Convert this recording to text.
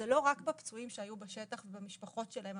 זה לא רק בפצועים שהיו בשטח ובמשפחות שלהם.